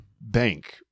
bank